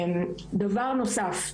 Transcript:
דבר נוסף,